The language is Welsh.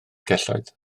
celloedd